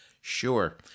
Sure